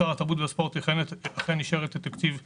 שר התרבות והספורט אכן אישר את התקציב במרץ.